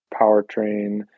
powertrain